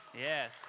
Yes